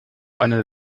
einer